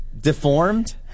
deformed